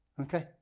Okay